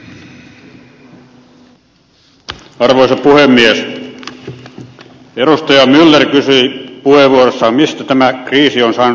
edustaja myller kysyi puheenvuorossaan mistä tämä kriisi on saanut alkunsa